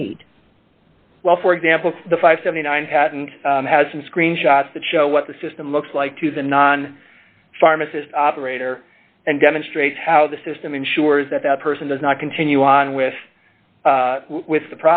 need well for example the five hundred and seventy nine had and has some screenshots that show what the system looks like to the non pharmacist operator and demonstrate how the system ensures that that person does not continue on with with the